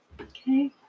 Okay